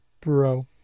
bro